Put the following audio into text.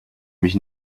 mich